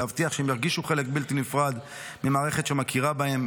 להבטיח שהם ירגישו חלק בלתי נפרד ממערכת שמכירה בהם,